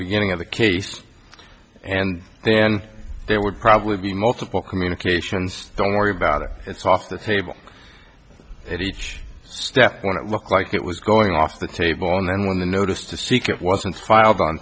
beginning of the case and then there would probably be multiple communications don't worry about it it's off the table at each step when it looked like it was going off the table and then when the notice to seek it wasn't filed on